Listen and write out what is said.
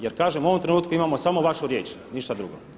Jer kažem u ovom trenutku imamo samo vašu riječ, ništa drugo.